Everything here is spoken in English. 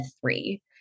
three